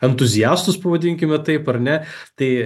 entuziastus pavadinkime taip ar ne tai